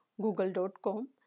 google.com